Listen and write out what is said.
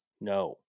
No